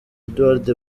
edouard